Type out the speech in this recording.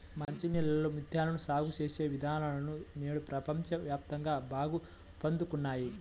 మంచి నీళ్ళలో ముత్యాలను సాగు చేసే విధానాలు నేడు ప్రపంచ వ్యాప్తంగా బాగా ఊపందుకున్నాయి